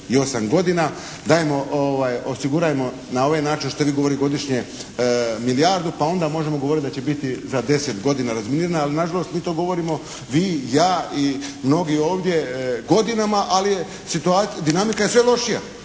za 38 godina. Dajmo osigurajmo na ovaj način …/Govornik se ne razumije./… godišnje milijardu, pa onda možemo govoriti da će biti za 10 godina razminirana, ali na žalost mi to govorimo vi, ja i mnogi ovdje godinama, ali je dinamika je sve lošija.